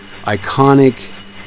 iconic